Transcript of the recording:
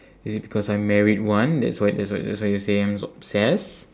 is it because I married one that's why that's why that's why you say I'm so obsessed